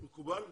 מקובל?